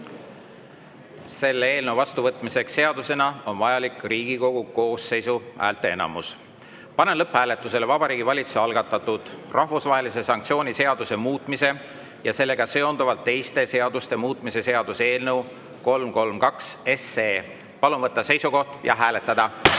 Selle eelnõu vastuvõtmiseks seadusena on vajalik Riigikogu koosseisu häälteenamus. Panen lõpphääletusele Vabariigi Valitsuse algatatud rahvusvahelise sanktsiooni seaduse muutmise ja sellega seonduvalt teiste seaduste muutmise seaduse eelnõu 332. Palun võtta seisukoht ja hääletada!